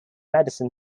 madison